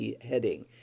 heading